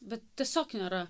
bet tiesiog nėra